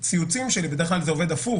ציוצים שלי כי בדרך כלל זה עובד הפוך.